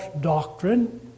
doctrine